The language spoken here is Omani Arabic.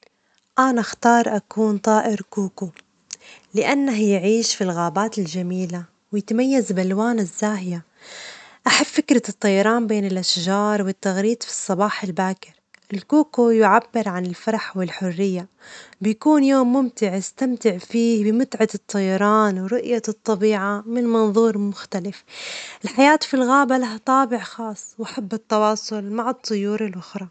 أنا أختار أكون طائر كوكو، لأنه يعيش في الغابات الجميلة ويتميز بألوانه الزاهية، أحب فكرة الطيران بين الأشجار والتغريد في الصباح الباكر ،الكوكو يعبر عن الفرح والحرية ،بيكون يوم ممتع أستمتع فيه بمتعة الطيران ورؤية الطبيعة من منظور مختلف، الحياة في الغابة لها طابع خاص وأحب التواصل مع الطيور الأخرى.